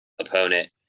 opponent